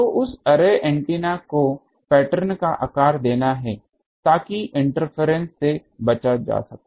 तो उस array antenna को पैटर्न को आकार देना है ताकि इंटरफेरेंस से बचा जा सके